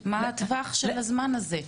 מה טווח הזמן הזה?